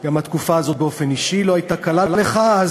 גם התקופה הזאת באופן אישי לא הייתה קלה לך.